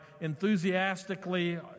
enthusiastically